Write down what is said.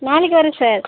நாளைக்கு வரேன் சார்